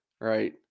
right